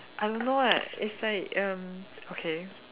I don't know eh it's like erm okay